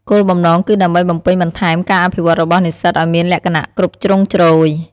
គោលបំណងគឺដើម្បីបំពេញបន្ថែមការអភិវឌ្ឍន៍របស់និស្សិតឱ្យមានលក្ខណៈគ្រប់ជ្រុងជ្រោយ។